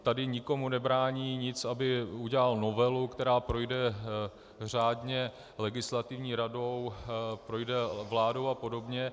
Tady nikomu nic nebrání, aby udělal novelu, která projde řádně legislativní radou, projde vládou apod.